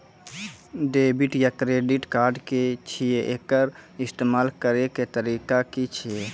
Debit या credit card की छियै? एकर इस्तेमाल करैक तरीका की छियै?